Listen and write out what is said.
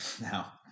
Now